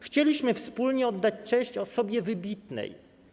Chcieliśmy wspólnie oddać cześć osobie wybitnej.